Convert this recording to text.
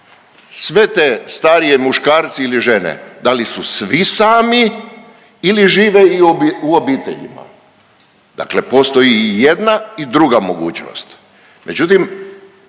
Sve te starije muškarci ili žene da li su svi sami ili žive i u obiteljima. Dakle, postoji i jedna i druga mogućnost,